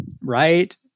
right